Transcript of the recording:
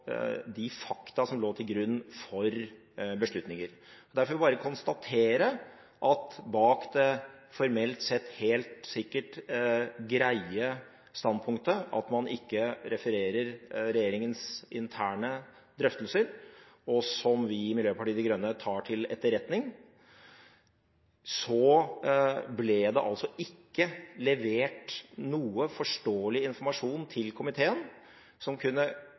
de fakta som lå til grunn for beslutninger. Derfor vil jeg bare konstatere at bortsett fra det formelt sett helt sikkert greie standpunktet at man ikke refererer regjeringens interne drøftelser, som vi i Miljøpartiet De Grønne tar til etterretning, ble det altså ikke levert noe forståelig informasjon til komiteen som kunne